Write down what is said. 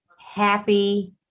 happy